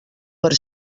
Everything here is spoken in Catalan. per